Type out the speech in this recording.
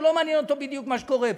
לא מעניין אותו בדיוק מה שקורה פה.